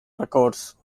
records